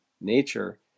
nature